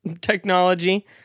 technology